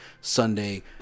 Sunday